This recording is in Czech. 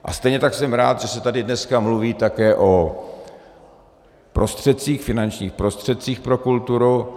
A stejně tak jsem rád, že se tady dneska mluví také o finančních prostředcích pro kulturu.